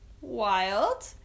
wild